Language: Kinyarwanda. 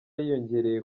yiyongereye